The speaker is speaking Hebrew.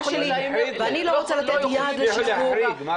ואני לא רוצה לתת יד ------ לא